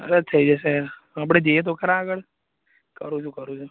અરે થઈ જશે આપણે જઈએ તો ખરા આગળ કરું છું કરું છું